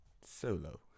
Solo